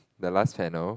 the last panel